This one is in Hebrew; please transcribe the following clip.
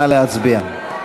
נא להצביע.